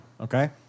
Okay